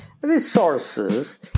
resources